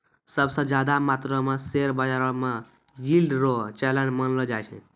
सब स ज्यादा मात्रो म शेयर बाजारो म यील्ड रो चलन मानलो जाय छै